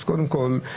קודם כול,